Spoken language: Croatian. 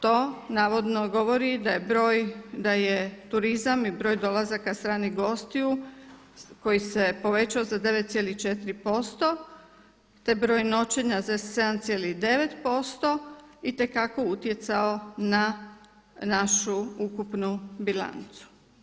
To navodno govori da je turizam i broj dolazaka stranih gostiju koji se povećao za 9,4%, te broj noćenja za 7,9% itekako utjecao na našu ukupnu bilancu.